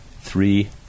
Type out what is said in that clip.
three